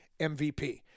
MVP